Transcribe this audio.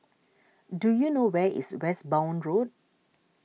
do you know where is Westbourne Road